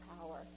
power